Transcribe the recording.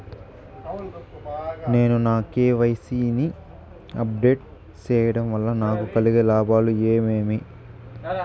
నేను నా కె.వై.సి ని అప్ డేట్ సేయడం వల్ల నాకు కలిగే లాభాలు ఏమేమీ?